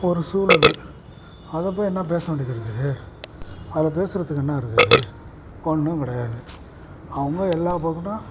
ஒரு சூழலு அதை போய் என்ன பேச வேண்டியது இருக்குது அதை பேசுகிறதுக்கு என்ன இருக்குது ஒன்றும் கிடையாது அவங்க எல்லா பக்கட்டும்